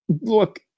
look